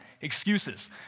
excuses